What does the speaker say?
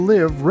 Live